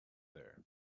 there